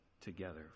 together